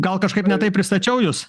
gal kažkaip ne taip pristačiau jus